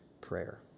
prayer